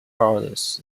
orders